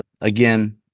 again